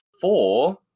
four